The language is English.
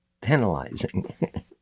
tantalizing